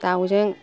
दावजों